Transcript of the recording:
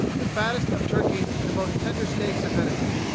the fattest of turkeys and the most tender steaks of venison,